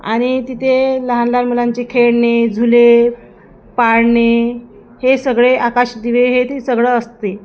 आणि तिथे लहान लहान मुलांचे खेळणे झुले पाळणे हे सगळे आकाश दिवे हे ते सगळं असते